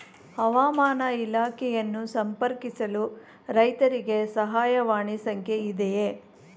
ಹವಾಮಾನ ಇಲಾಖೆಯನ್ನು ಸಂಪರ್ಕಿಸಲು ರೈತರಿಗೆ ಸಹಾಯವಾಣಿ ಸಂಖ್ಯೆ ಇದೆಯೇ?